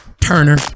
Turner